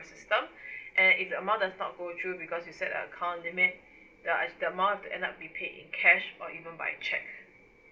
system and if the amount does not go through because you set an account limit the as the amount have to end up be paid in cash or even by cheque